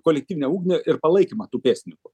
kolektyvinę ugnį ir palaikymą tų pėstininkų